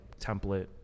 template